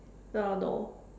uh no